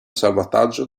salvataggio